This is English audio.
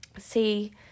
see